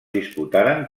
disputaren